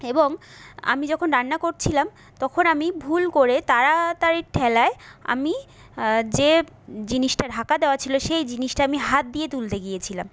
এবং আমি যখন রান্না করছিলাম তখন আমি ভুল করে তাড়াতাড়ির ঠেলায় আমি যে জিনিসটা ঢাকা দেওয়া ছিল সেই জিনিসটা আমি হাত দিয়ে তুলতে গিয়েছিলাম